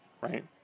right